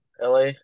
LA